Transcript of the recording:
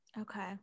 Okay